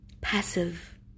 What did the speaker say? passive